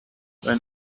when